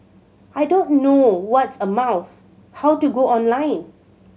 I don't know what's a mouse how to go online